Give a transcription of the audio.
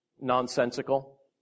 nonsensical